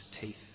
teeth